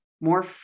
more